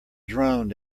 droned